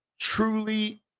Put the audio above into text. truly